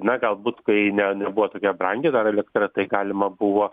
na galbūt kai ne nebuvo tokia brangi elektra tai galima buvo